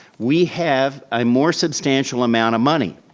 we have a more substantial amount of money.